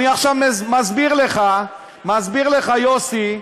אני עכשיו מסביר לך, יוסי.